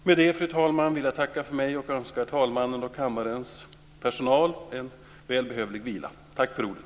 Med det, fru talman, vill jag tacka för mig och önska talmannen och kammarens personal en välbehövlig vila. Tack för ordet!